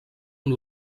amb